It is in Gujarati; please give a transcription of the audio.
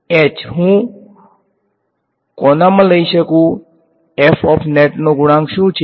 h હું કોમનાં લઈ શકું છું નો ગુણાંક શું છે